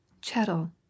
Chettle